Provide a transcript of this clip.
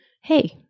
hey